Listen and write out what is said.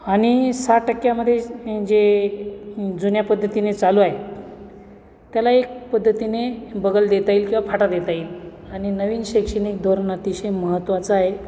आणि सहा टक्क्यामध्ये जे जुन्या पद्धतीने चालू आहे त्याला एक पद्धतीने बगल देता येईल किंवा फाटा देता येईल आणि नवीन शैक्षणिक धोरण अतिशय महत्त्वाचा आहे